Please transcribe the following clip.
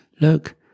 Look